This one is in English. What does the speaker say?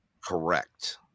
correct